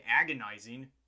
agonizing